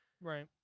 right